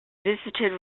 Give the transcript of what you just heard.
visited